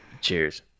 cheers